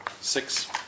six